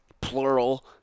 plural